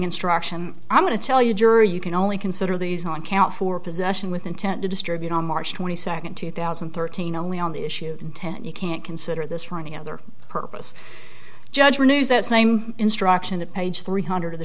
instruction i'm going to tell your jury you can only consider these on count four possession with intent to distribute on march twenty second two thousand and thirteen only on the issue intent you can't consider this for any other purpose judge news that same instruction to page three hundred of the